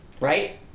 Right